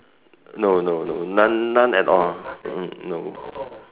no no no none none at all mm no